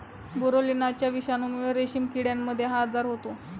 बोरोलिनाच्या विषाणूमुळे रेशीम किड्यांमध्ये हा आजार होतो